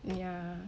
ya